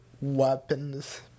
weapons